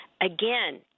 Again